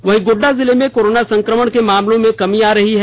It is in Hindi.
वहीं गोड्डा जिले में कोरोना संक्रमण के मामलों में कमी आ रही है